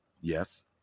Yes